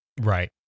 Right